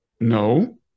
no